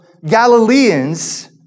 Galileans